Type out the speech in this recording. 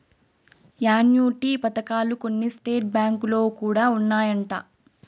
annuity పథకాలు కొన్ని state బ్యాంకులో కూడా ఉన్నాయంట